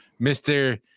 Mr